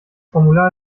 formular